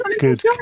good